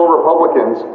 Republicans